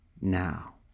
now